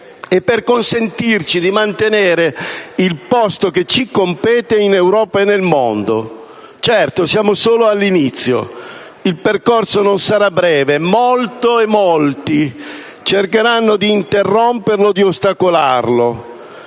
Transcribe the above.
e per consentirci di mantenere il posto che ci compete in Europa e nel mondo. Certo, siamo solo all'inizio. Il percorso non sarà breve; molto e molti cercheranno di interromperlo o di ostacolarlo.